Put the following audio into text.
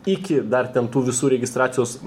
iki dar ten tų visų registracijos